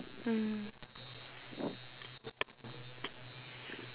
mm